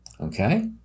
Okay